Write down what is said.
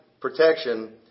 protection